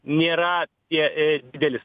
nėra tie didelis